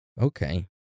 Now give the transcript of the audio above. Okay